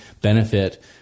benefit